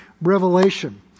Revelation